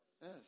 Yes